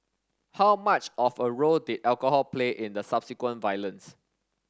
how much of a role did alcohol play in the subsequent violence